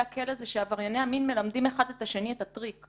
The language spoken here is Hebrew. הכלא עברייני המין מגלים אחד לשני את הטריק.